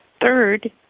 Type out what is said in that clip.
Third